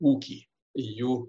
ūkį į jų